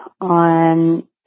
on